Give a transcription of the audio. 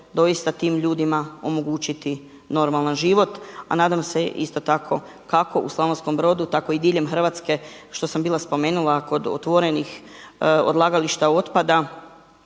doista tim ljudima omogućiti normalan život, a nadam se isto tako kako u Slavonskom Brodu, tako i diljem Hrvatske što sam bila spomenula kod otvorenih odlagališta otpada